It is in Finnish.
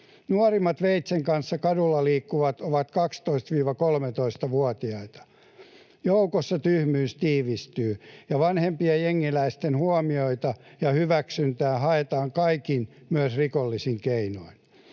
Nuorimmat veitsien kanssa kaduilla liikkuvat ovat 12—13-vuotiaita. Joukossa tyhmyys tiivistyy, ja vanhempien jengiläisten huomiota ja hyväksyntää haetaan kaikin, myös rikollisin, keinoin.